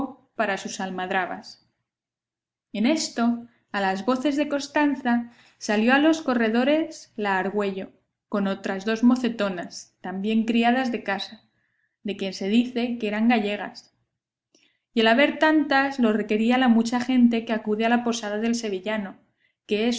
para sus almadrabas en esto a las voces de costanza salió a los corredores la argüello con otras dos mocetonas también criadas de casa de quien se dice que eran gallegas y el haber tantas lo requería la mucha gente que acude a la posada del sevillano que es